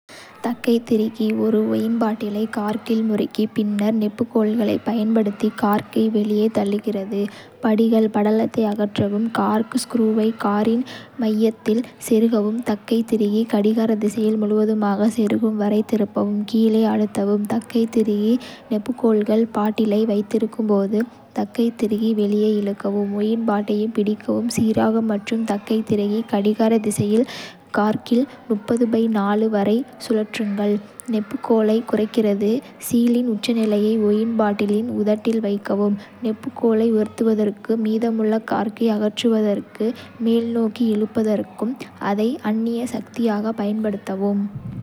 தக்கை திருகி ஒரு ஒயின் பாட்டிலை கார்க்கில் முறுக்கி, பின்னர் நெம்புகோல்களைப் பயன்படுத்தி கார்க்கை வெளியே தள்ளுகிறது. படிகள்: படலத்தை அகற்றவும், கார்க் ஸ்க்ரூவை கார்க்கின் மையத்தில் செருகவும், தக்கை திருகி கடிகார திசையில் முழுவதுமாகச் செருகும் வரை திருப்பவும், கீழே அழுத்தவும் தக்கை திருகி நெம்புகோல்கள், பாட்டிலை வைத்திருக்கும் போது தக்கை திருகி வெளியே இழுக்கவும், ஒயின் பாட்டிலைப் பிடிக்கவும் சீராக மற்றும தக்கை திருகி கடிகார திசையில் கார்க்கில் வரை சுழற்றுங்கள். நெம்புகோலைக் குறைத்து, கீலின் உச்சநிலையை ஒயின் பாட்டிலின் உதட்டில் வைக்கவும். நெம்புகோலை உயர்த்துவதற்கும், மீதமுள்ள கார்க்கை அகற்றுவதற்கு மேல்நோக்கி இழுப்பதற்கும் அதை அந்நியச் சக்தியாகப் பயன்படுத்தவும்.